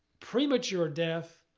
premature death,